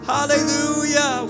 Hallelujah